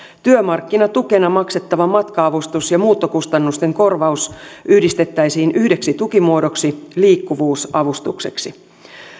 työmarkkinatukena maksettava matka avustus ja muuttokustannusten korvaus yhdistettäisiin yhdeksi tukimuodoksi liikkuvuusavustukseksi